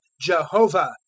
Jehovah